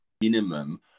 minimum